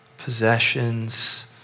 possessions